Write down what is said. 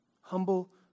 Humble